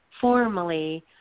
formally